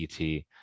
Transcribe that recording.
et